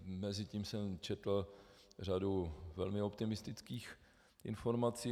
Mezitím jsem četl řadu velmi optimistických informací.